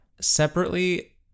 Separately